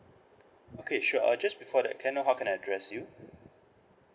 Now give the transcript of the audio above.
okay sure uh just before that can know how can I address you